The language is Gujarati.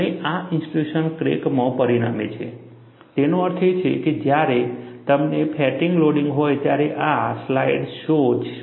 તો તેનો અર્થ એ છે કે જ્યારે તમને ફેટિગ લોડિંગ હોય ત્યારે આ સ્લાઇડ શો શું છે